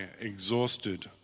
exhausted